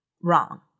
wrong